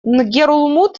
нгерулмуд